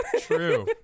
True